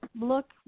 look